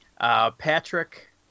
Patrick